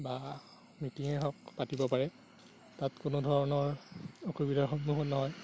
বা মিটিঙেই হওক পাতিব পাৰে তাত কোনো ধৰণৰ অসুবিধাৰ সন্মুখীন নহয়